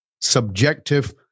subjective